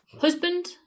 Husband